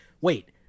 wait